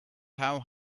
how